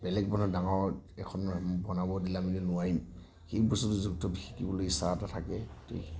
বেলেগ মানে ডাঙৰ এখন মানে বনাব দিলে আমি যে নোৱাৰিম সেই বস্তুটো জোখটো শিকিবলৈ ইচ্ছা এটা থাকে তে